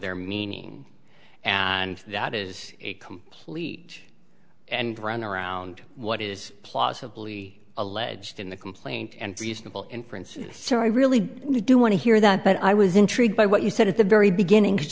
their meaning and that is a complete and run around what is plausibly alleged in the complaint and reasonable inference and so i really do want to hear that but i was intrigued by what you said at the very beginning